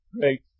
great